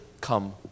come